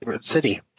city